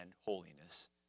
holiness